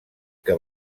que